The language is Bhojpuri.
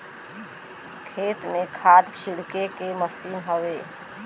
खेत में खाद छिड़के के मसीन हउवे